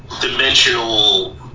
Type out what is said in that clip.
dimensional